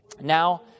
now